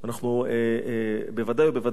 אנחנו בוודאי ובוודאי,